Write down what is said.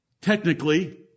Technically